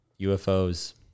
UFOs